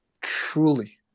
truly